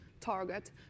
target